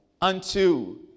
unto